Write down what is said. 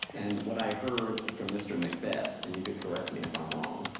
and what i heard from mr. mcbeth, and you could correct me if i'm wrong,